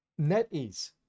NetEase